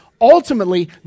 ultimately